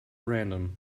random